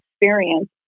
experience